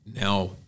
Now